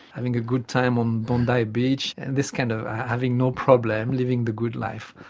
having a good time on bondi beach and this kind of having no problem, living the good life,